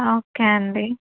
okay అండి